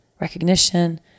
recognition